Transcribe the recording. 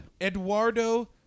Eduardo